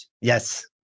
Yes